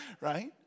right